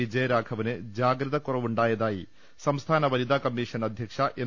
വിജയരാഘവന് ജാഗ്രത കുറവുണ്ടായതായി സംസ്ഥാന വനിതാ കമ്മീഷൻ അധ്യക്ഷ എം